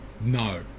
no